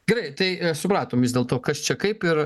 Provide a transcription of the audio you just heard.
gerai tai supratom vis dėlto kas čia kaip ir